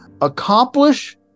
accomplish